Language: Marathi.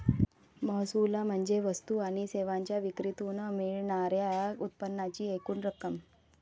महसूल म्हणजे वस्तू आणि सेवांच्या विक्रीतून मिळणार्या उत्पन्नाची एकूण रक्कम